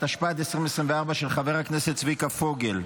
התשפ"ד 2024, של חבר הכנסת צביקה פוגל.